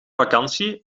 vakantie